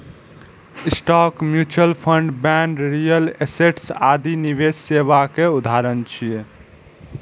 stock, mutual fund, bond, real estate आदि निवेश सेवा के उदाहरण छियै